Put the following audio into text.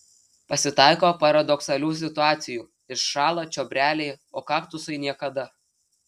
pasitaiko paradoksalių situacijų iššąla čiobreliai o kaktusai niekada